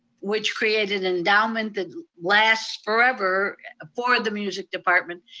which created endowment that lasts forever ah for the music department,